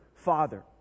father